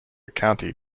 county